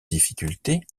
difficulté